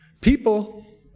People